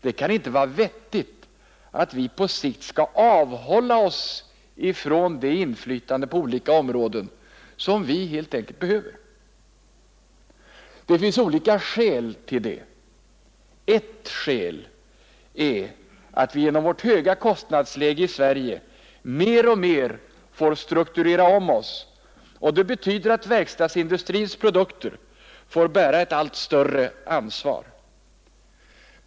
Det kan inte vara vettigt att vi på sikt skall avhålla oss från det inflytande på olika områden som vi helt enkelt behöver. Det finns olika skäl till det. Ett skäl är att vi genom vårt höga kostnadsläge i Sverige mer och mer får strukturera om oss, och det betyder att verkstadsindustrins produkter får bära ett allt större ansvar.